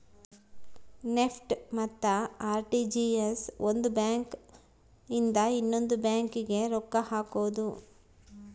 NEFT ಮತ್ತ RTGS ಒಂದ್ bank ಇಂದ ಇನ್ನೊಂದು ಬ್ಯಾಂಕ್ ಗೆ ರೊಕ್ಕ ಹಕೋದು